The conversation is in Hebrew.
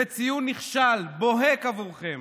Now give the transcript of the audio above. זה ציון נכשל בוהק עבורכם.